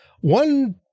One